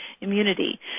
immunity